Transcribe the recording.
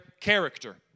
character